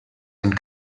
and